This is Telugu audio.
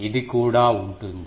ఇది కూడా ఉంటుంది